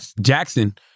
Jackson